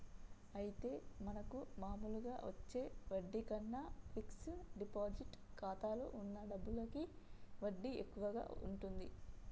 అయితే మనకు మామూలుగా వచ్చే వడ్డీ కన్నా ఫిక్స్ డిపాజిట్ ఖాతాలో ఉన్న డబ్బులకి వడ్డీ ఎక్కువగా ఉంటుంది